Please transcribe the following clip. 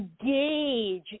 engage